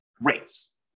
rates